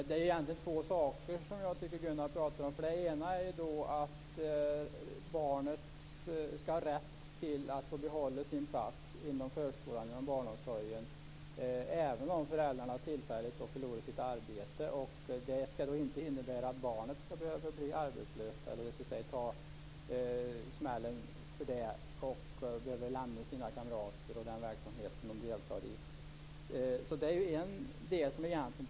Fru talman! Jag tycker att Gunnar Goude pratar om två saker. Det ena är att barnet skall ha rätt till att behålla sin plats inom förskolan eller barnomsorgen, även om föräldrarna tillfälligt förlorar sitt arbete. Det skall inte behöva innebära att barnet blir "arbetslöst", dvs. behöver ta smällen och lämna kamrater och annan verksamhet.